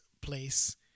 place